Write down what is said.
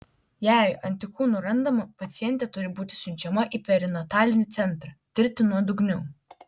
jei antikūnų randama pacientė turi būti siunčiama į perinatalinį centrą tirti nuodugniau